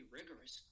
rigorous